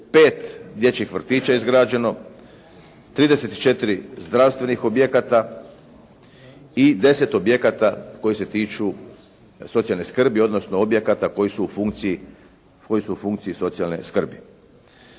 5 dječjih vrtića je izgrađeno, 34 zdravstvenih objekata i 10 objekata koji se tiču socijalne skrbi, odnosno objekata koji su u funkciji socijalne skrbi.